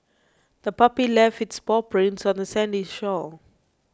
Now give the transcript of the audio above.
the puppy left its paw prints on the sandy shore